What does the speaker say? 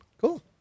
Cool